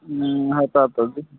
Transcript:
ହେଟା ତ